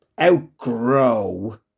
outgrow